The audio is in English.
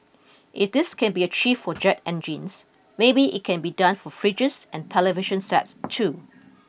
if this can be achieved for jet engines maybe it can be done for fridges and television sets too